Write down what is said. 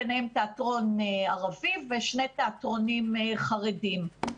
ביניהם תיאטרון ערבי ושני תיאטרונים חרדים.